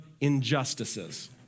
injustices